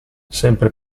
sempre